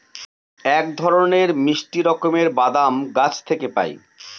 এক ধরনের মিষ্টি রকমের বাদাম গাছ থেকে পায়